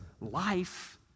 life